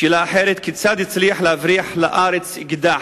שאלה אחרת היא: כיצד הצליח להבריח לארץ אקדח?